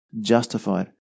justified